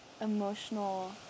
emotional